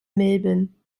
milben